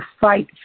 fight